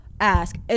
ask